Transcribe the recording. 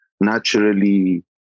naturally